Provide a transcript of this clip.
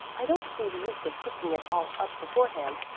i don't see the use of cooking it all up beforehand.